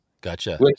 Gotcha